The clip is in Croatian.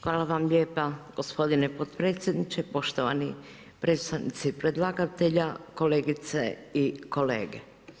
Hvala vam lijepa gospodine potpredsjedniče, poštovani predstavnici predlagatelja, kolegice i kolege.